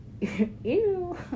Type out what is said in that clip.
ew